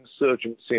Insurgency